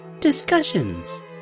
Discussions